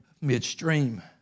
midstream